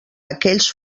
aquells